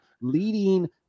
leading